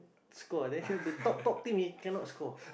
score ah the top top team he cannot score